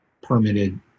permitted